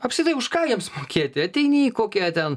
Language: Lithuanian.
apskritai už ką jiems mokėti ateini į kokia ten